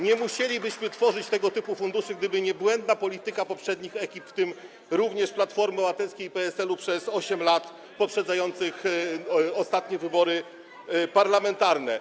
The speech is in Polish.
Nie musielibyśmy tworzyć tego typu funduszy, gdyby nie błędna polityka poprzednich ekip, w tym również Platformy Obywatelskiej i PSL-u przez 8 lat poprzedzających ostatnie wybory parlamentarne.